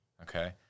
Okay